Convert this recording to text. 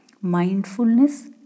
mindfulness